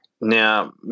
now